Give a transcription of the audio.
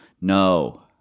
No